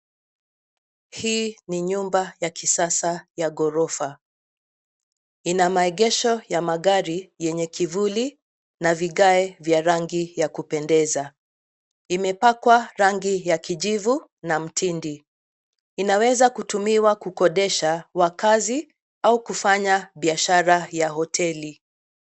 Hii ni nyumba ya kisasa ya ghorofa, ina maegesho ya magari yenye kivuli na vigae vya rangi ya kupendeza, imepakwa rangi ya kijivu na mtindi, inaweza kutumiwa kukodesha wakaazi au kufanya biashara ya hoteli.